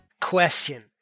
question